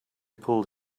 pulled